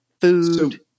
food